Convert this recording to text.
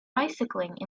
bicycling